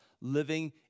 living